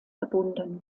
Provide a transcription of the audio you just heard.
verbunden